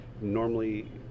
normally